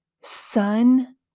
sun